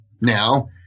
now